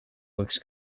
looks